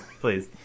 please